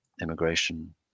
immigration